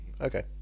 okay